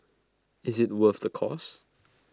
is IT worth the cost